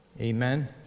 Amen